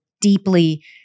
deeply